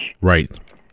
Right